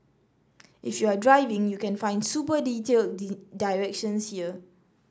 if you're driving you can find super detailed directions here